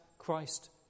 Christ